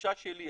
התחושה שלי,